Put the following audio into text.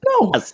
No